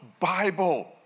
Bible